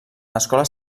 escoles